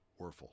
Werfel